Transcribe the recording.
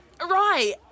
Right